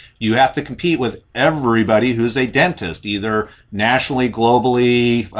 you have to compete with everybody who's a dentist either nationally, globally,